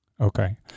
Okay